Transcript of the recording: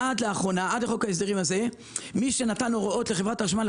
עד לחוק ההסדרים הזה מי שנתן הוראות לחברת החשמל